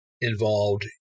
involved